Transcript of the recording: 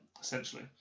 essentially